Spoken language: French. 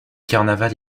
carnaval